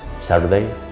Saturday